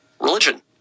religion